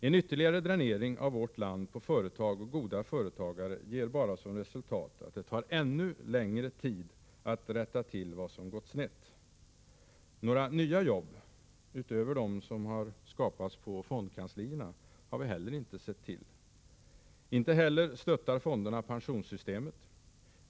En ytterligare dränering av vårt land på företag och goda företagare ger såsom resultat bara att det tar ännu längre tid att rätta till vad som har gått snett. Några nya jobb utöver dem som har skapats på fondkanslierna har vi inte sett till. Inte heller stöttar fonderna pensionssystemet.